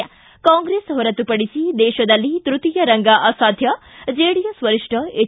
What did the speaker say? ಿ ಕಾಂಗ್ರೆಸ್ ಹೊರತುಪಡಿಸಿ ದೇಶದಲ್ಲಿ ತೃತೀಯ ರಂಗ ಅಸಾಧ್ಯ ಜೆಡಿಎಸ್ ವರಿಷ್ಠ ಹೆಚ್